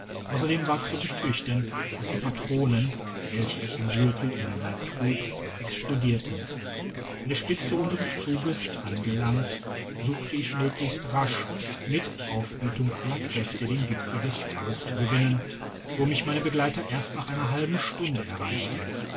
ausserdem war zu befürchten dass die patronen welche ich im gürtel um den leib trug explodierten an der spitze unseres zuges angelangt suchte ich möglichst rasch mit aufbietung aller kräfte den gipfel des berges zu gewinnen wo mich meine begleiter erst nach einer halben stunde erreichten